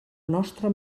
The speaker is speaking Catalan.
nostra